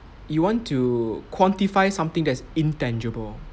you want to quantify something that's intangible